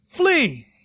Flee